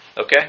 Okay